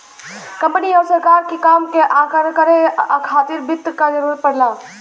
company आउर सरकार के काम के करे खातिर वित्त क जरूरत पड़ला